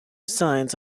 signs